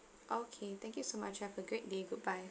okay thank you so much have a great day goodbye